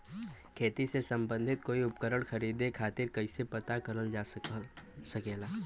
खेती से सम्बन्धित कोई उपकरण खरीदे खातीर कइसे पता करल जा सकेला?